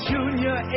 Junior